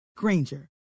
Granger